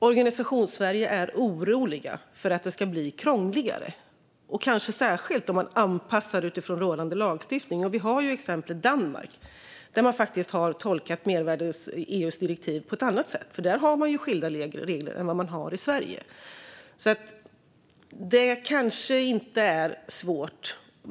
Organisationssverige är oroligt för att det ska bli krångligare, kanske särskilt om man anpassar det efter rådande lagstiftning. Vi har exemplet Danmark, där man har tolkat EU:s mervärdesskattedirektiv på ett annat sätt. Där har man skilda regler mot vad vi har i Sverige. Det kanske inte är svårt.